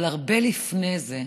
אבל הרבה לפני זה,